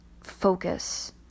focus